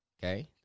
okay